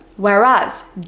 Whereas